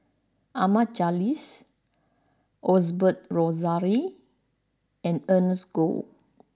Ahmad Jais Osbert Rozario and Ernest Goh